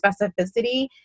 specificity